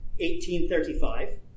1835